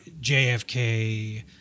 JFK